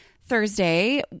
Thursday